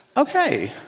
ok.